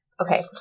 okay